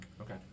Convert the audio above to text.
Okay